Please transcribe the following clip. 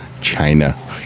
china